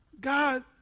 God